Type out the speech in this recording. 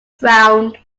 frowned